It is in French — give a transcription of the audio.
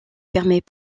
permet